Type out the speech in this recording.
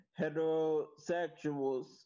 heterosexuals